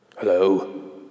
Hello